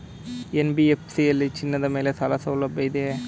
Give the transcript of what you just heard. NBFC ಯಲ್ಲಿ ಚಿನ್ನದ ಮೇಲೆ ಸಾಲಸೌಲಭ್ಯ ಇದೆಯಾ?